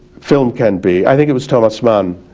film can be, i think it was thomas mann